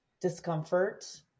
discomfort